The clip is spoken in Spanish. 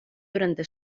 durante